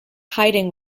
hiding